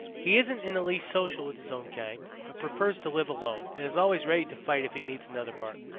he isn't in the least social with his own kind but prefers to live alone and is always ready to fight if he meets another marten.